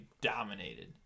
dominated